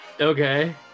Okay